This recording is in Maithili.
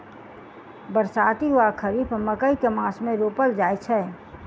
बरसाती वा खरीफ मकई केँ मास मे रोपल जाय छैय?